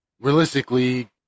realistically